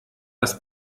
das